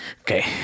Okay